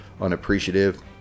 unappreciative